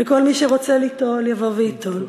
וכל מי שרוצה ליטול, יבוא וייטול,